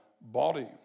body